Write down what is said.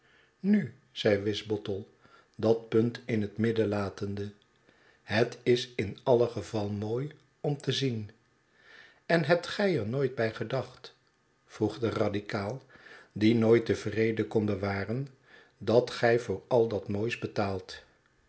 nu zei wisbottle dat punt in het midden latende het is in alle geval mooi om te zien en hebt gij er nooit bij gedacht vroeg de radikaal die nooit den vrede kon bewaren dat gij voor al dat moois betaalt